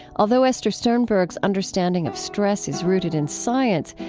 although esther sternberg's understanding of stress is rooted in science,